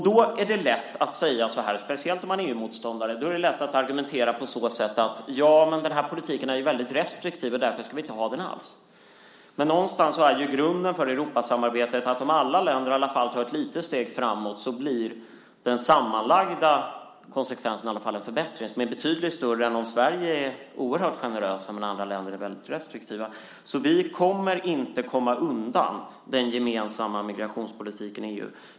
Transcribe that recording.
Då är det lätt att argumentera, speciellt om man är EU-motståndare, att den politiken ju är väldigt restriktiv och därför ska vi inte ha den alls. Men grunden för Europasamarbetet är att om alla länder tar åtminstone ett litet steg framåt blir den sammanlagda konsekvensen en förbättring som är betydligt större än om Sverige ensamt är oerhört generöst men andra länder är väldigt restriktiva. Vi kommer alltså inte undan den gemensamma migrationspolitiken i EU.